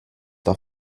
der